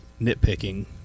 nitpicking